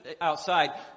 outside